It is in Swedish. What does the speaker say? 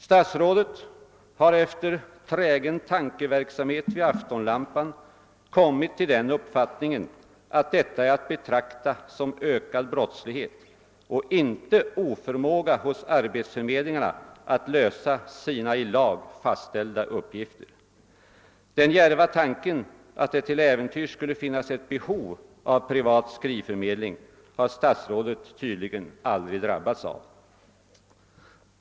Statsrådet har efter trägen tankeverksamhet vid aftonlampan kommit till den uppfattningen, att detta är att betrakta som ökad brottslighet och inte som oförmåga hos arbetsförmedlingarna att lösa sina i lag fastställda uppgifter. Den djärva tanken att det till äventyrs skulle finnas ett behov av privat skrivförmedling har statsrådet tydligen aldrig drabbats av.